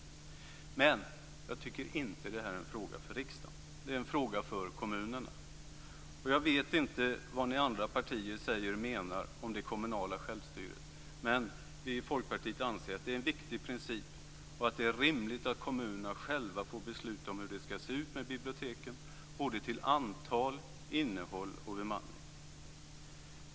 Men jag tycker inte att det här är en fråga för riksdagen. Det är en fråga för kommunerna. Jag vet inte vad ni andra partier säger och menar om det kommunala självstyret, men vi i Folkpartiet anser att det är en viktig princip och att det är rimligt att kommunerna själva får besluta om hur det ska se ut med biblioteken, både till antal, innehåll och bemanning.